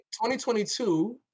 2022